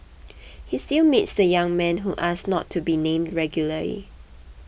he still meets the young man who asked not to be named regularly